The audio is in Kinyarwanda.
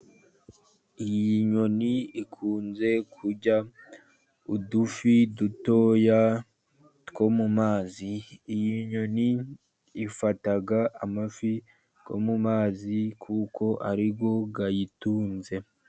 Iyi nyoni ikunze kurya udufi dutoya two mu mazi, iyi nyoni ifata amafi yo mu mazi kuko ariyo ayitunze.